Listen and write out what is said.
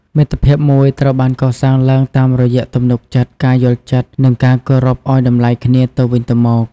មិត្តភាពមួយត្រូវបានកសាងឡើងតាមរយៈទំនុកចិត្ត ការយល់ចិត្ត និងការគោរពឱ្យតម្លៃគ្នាទៅវិញទៅមក។